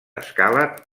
escala